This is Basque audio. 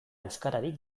euskararik